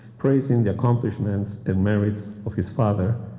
praising the accomplishments and merits of his father,